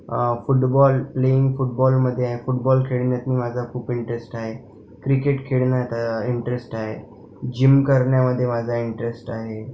football playing फुटबॉलमध्ये आहे football खेळण्यात माझा खूप इंटरेस्ट आहे क्रिकेट खेळण्यात इंटरेस्ट आहे जिम करण्यामध्ये माझा इंटरेस्ट आहे